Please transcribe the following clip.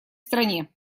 стране